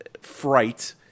fright